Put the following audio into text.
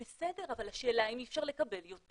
בסדר, אבל השאלה אם אי אפשר לקבל יותר.